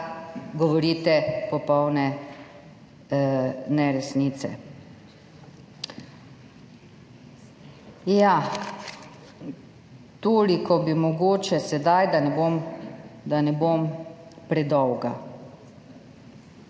da govorite popolne neresnice. Toliko bi mogoče sedaj, da ne bom predolga.